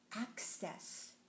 access